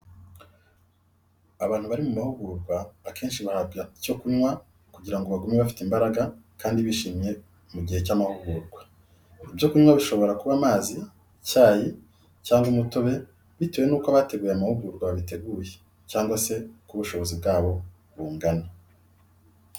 Abantu bari mu mahugurwa akenshi bahabwa icyo kunywa kugira ngo bagume bafite imbaraga kandi bishimye mu gihe cy'amahugurwa. Ibyo kunywa bishobora kuba amazi, icyayi, cyangwa umutobe bitewe n'uko abateguye amahugurwa babiteguye cyangwa se uko ubushobozi bwabo bungana.